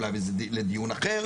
אולי בדיון אחר,